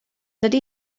dydy